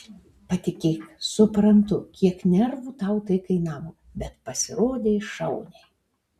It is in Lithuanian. patikėk suprantu kiek nervų tau tai kainavo bet pasirodei šauniai